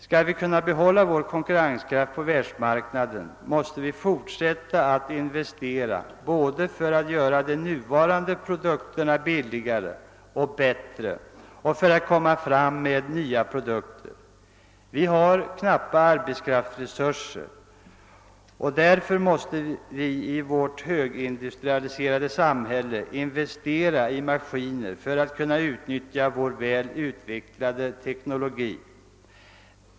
Skall vi kunna behålla vår konkurrenskraft på världsmarknaden måste vi fortsätta att investera både för att göra de nuvarande produkterna billigare och bättre och för att få fram nya produkter. Vi har knappa arbetskraftsresurser, och därför måste vi i vårt högindustrialiserade samhälle investera i maskiner för att kunna utnyttja vår väl utvecklade teknologi.